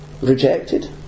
rejected